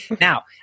Now